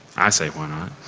i say why not.